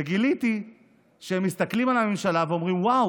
וגיליתי שהם מסתכלים על הממשלה ואומרים: וואו,